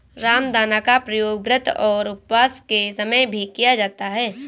रामदाना का प्रयोग व्रत और उपवास के समय भी किया जाता है